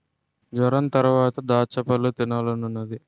జొరంతరవాత దాచ్చపళ్ళు తినాలనున్నాది